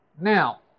Now